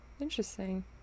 Interesting